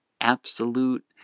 absolute